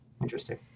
Interesting